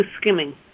skimming